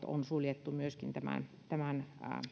on suljettu myöskin tämän tämän